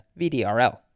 VDRL